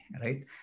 right